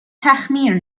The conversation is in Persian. تخمیر